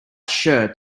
shirt